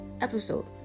episode